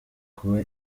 kuba